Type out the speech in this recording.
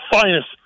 finest